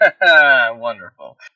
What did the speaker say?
Wonderful